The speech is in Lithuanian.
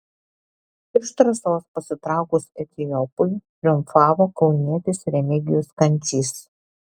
iš trasos pasitraukus etiopui triumfavo kaunietis remigijus kančys